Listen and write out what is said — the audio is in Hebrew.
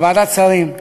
בוועדת שרים.